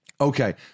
Okay